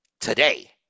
today